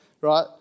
right